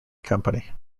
company